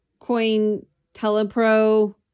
Cointelepro